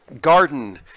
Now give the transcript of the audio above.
garden